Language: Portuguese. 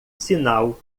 sinal